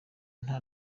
nta